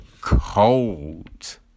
cold